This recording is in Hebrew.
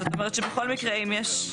זאת אומרת שבכל מקרה אם יש,